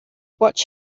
watch